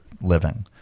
living